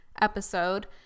episode